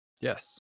Yes